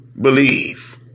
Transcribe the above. believe